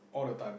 all the time